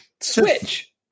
Switch